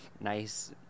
nice